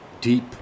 deep